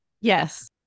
Yes